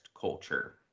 culture